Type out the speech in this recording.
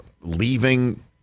leaving